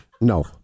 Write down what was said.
No